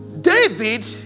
David